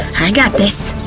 i got this.